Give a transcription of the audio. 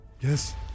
Yes